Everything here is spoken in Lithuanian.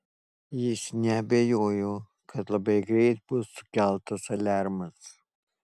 jis neabejojo kad labai greit bus sukeltas aliarmas